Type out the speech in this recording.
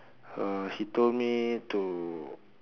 uh he told to me to